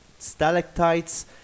stalactites